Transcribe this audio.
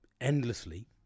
endlessly